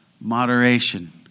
Moderation